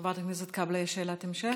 חברת הכנסת קאבלה, יש שאלת המשך?